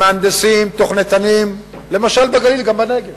עם מהנדסים, תוכניתנים, למשל, בגליל, גם בנגב,